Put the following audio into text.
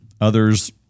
Others